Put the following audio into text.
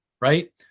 right